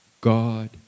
God